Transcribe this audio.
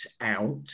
out